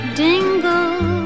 dingle